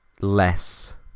less